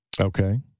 Okay